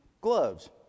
Gloves